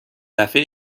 دفعه